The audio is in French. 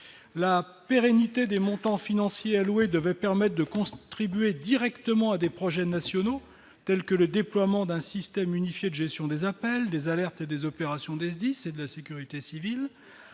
la pérennité des montants financiers alloués devait permettent de concentrer buée directement à des projets nationaux tels que le déploiement d'un système unifié de gestion des appels des alertes et des opérations SDIS et de la sécurité civile